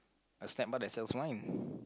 a snack bar that sells wine